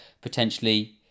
potentially